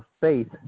faith